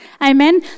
amen